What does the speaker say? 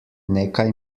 nekaj